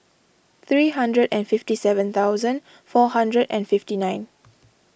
three hundred and fifty seven thousand four hundred and fifty nine